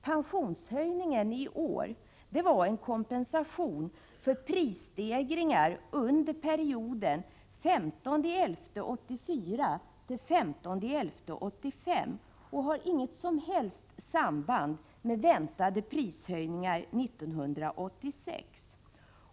Pensionshöjningen i år var en kompensation för prisstegringar under perioden den 15 november 1984— den 15 november 1985 och har inget som helst samband med väntade prishöjningar 1986.